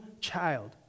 child